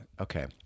okay